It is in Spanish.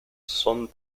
son